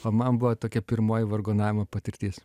o man buvo tokia pirmoji vargonavimo patirtis